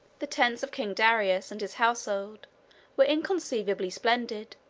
the tents of king darius and his household were inconceivably splendid,